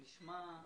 זה נשמע,